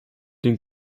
den